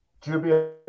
dubious